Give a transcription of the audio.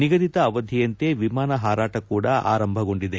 ನಿಗದಿತ ಅವಧಿಯಂತೆ ವಿಮಾನ ಹಾರಾಟ ಕೂಡ ಆರಂಭಗೊಂಡಿದೆ